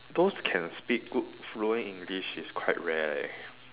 those can speak good fluent English is quite rare leh